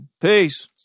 Peace